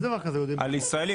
זה חל על ישראלים.